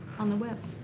on the web.